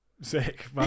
sick